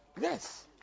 Yes